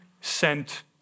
sent